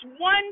one